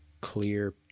clear